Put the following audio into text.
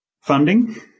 Funding